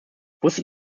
wusstet